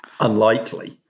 unlikely